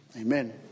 Amen